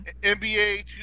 NBA